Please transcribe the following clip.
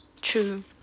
True